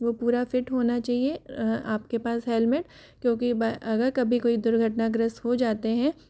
वो पूरा फिट होना चहिए आपके पास हेलमेट क्योंकि वह अगर कभी कोई दुर्घटनाग्रस्त हो जाते हैं